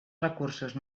recursos